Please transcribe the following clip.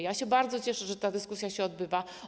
Ja się bardzo cieszę, że ta dyskusja się odbywa.